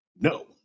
No